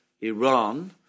Iran